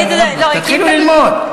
יא רבאק, תתחילו ללמוד.